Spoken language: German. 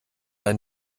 ein